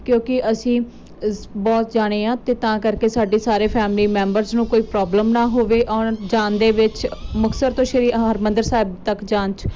ਕਿਉਂਕਿ ਅਸੀਂ ਬਹੁਤ ਜਣੇ ਹਾਂ ਅਤੇ ਤਾਂ ਕਰਕੇ ਸਾਡੇ ਸਾਰੇ ਫੈਮਲੀ ਮੈਂਬਰਸ ਨੂੰ ਕੋਈ ਪ੍ਰੋਬਲਮ ਨਾ ਹੋਵੇ ਆਉਣ ਜਾਣ ਦੇ ਵਿੱਚ ਮੁਕਤਸਰ ਤੋਂ ਸ਼੍ਰੀ ਹਰਿਮੰਦਰ ਸਾਹਿਬ ਤੱਕ ਜਾਣ 'ਚ